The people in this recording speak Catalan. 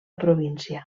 província